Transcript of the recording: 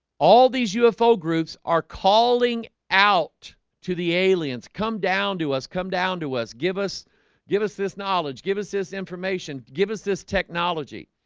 all these ufo groups are calling out to the aliens come down to us come down to us. give us give us this knowledge. give us this information give us this technology.